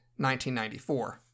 1994